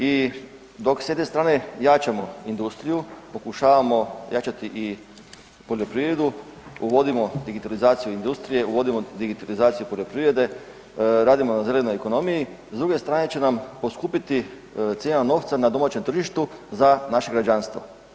I dok s jedne strane jačamo industriju, pokušavamo jačati i poljoprivredu, uvodimo digitalizaciju u industrije, uvodimo digitalizaciju u poljoprivrede, radimo na zelenoj ekonomiji, s druge strane će nam poskupiti cijena novca na domaćem tržištu za naše građanstvo.